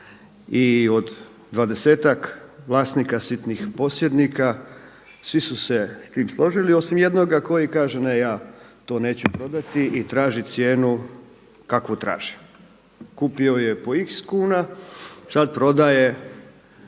i od dvadesetak vlasnika sitnih posjednika svi su se s tim složili osim jednoga koji kaže ne, ja to neću prodati i traži cijenu kakvu traži. Kupio ju je po x kuna, sada prodaje